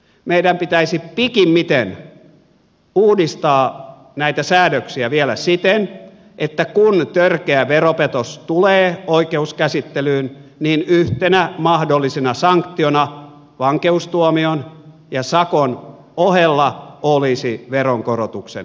meidän pitäisi pikimmiten uudistaa näitä säädöksiä vielä siten että kun törkeä veropetos tulee oikeuskäsittelyyn niin yhtenä mahdollisena sanktiona vankeustuomion ja sakon ohella olisi veronkorotuksen määrääminen